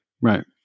right